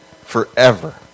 forever